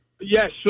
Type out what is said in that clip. Yes